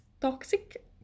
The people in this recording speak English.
toxic